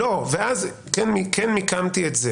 אז כן מיקמתי את זה